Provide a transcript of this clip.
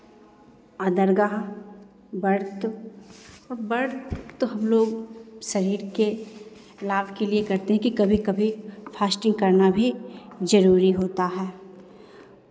दरगाह व्रत और व्रत तो हम लोग शरीर के लाभ के लिए करते हैं कि कभी कभी फास्टिंग करना भी जरूरी होता है